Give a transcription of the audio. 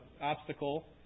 obstacle